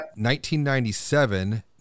1997